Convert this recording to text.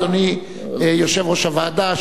אדוני יושב-ראש הוועדה,